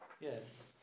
Yes